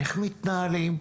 איך מתנהלים?